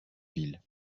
ville